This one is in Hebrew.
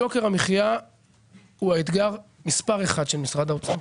יוקר המחיה הוא האתגר מספר אחד של משרד האוצר,